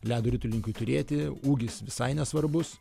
ledo ritulininkui turėti ūgis visai nesvarbus